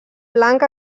blanc